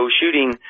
shooting